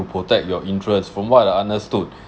protect your interests from what I understood